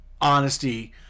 honesty